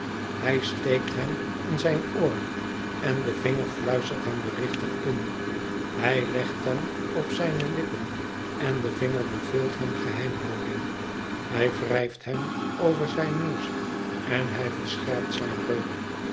hij steekt hem in zijn oor en de vinger fluistert hem berichten in hij legt hem op zijne lippen en de vinger beveelt hem geheimhouding hij wrijft hem over zijn neus en hij verscherpt zijn reuk